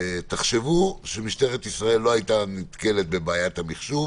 תחשבו שמשטרת ישראל לא הייתה נתקלת בבעיית המיחשוב